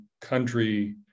country